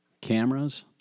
Cameras